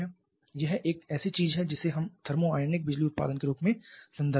यह एक ऐसी चीज है जिसे हम थर्मिओनिक बिजली उत्पादन के रूप में संदर्भित करेंगे